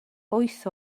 wyth